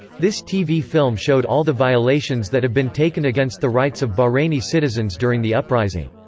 this tv film showed all the violations that have been taken against the rights of bahraini citizens during the uprising.